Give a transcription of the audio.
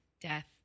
death